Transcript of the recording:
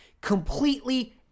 completely